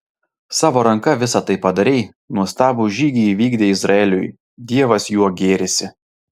savo ranka visa tai padarei nuostabų žygį įvykdei izraeliui dievas juo gėrisi